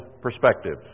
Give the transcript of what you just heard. perspective